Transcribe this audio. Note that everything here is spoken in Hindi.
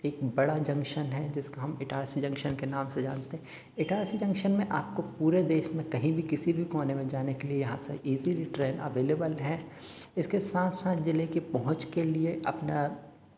एक बड़ा जंक्शन है जिसका हम इटारसी जंक्शन के नाम से जानते हैं इटारसी जंक्शन में आपको पूरे देश में कहीं भी किसी भी कोने में जाने के लिये यहाँ से इजीली ट्रेन अबेलेबल है इसके साथ साथ जिले के पहुँच के लिए अपना